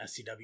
SCW